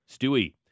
Stewie